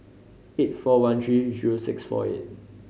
eight four one three zero six four eight